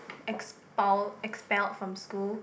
expelled expelled from school